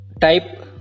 type